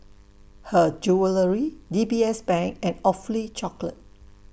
Her Jewellery D B S Bank and Awfully Chocolate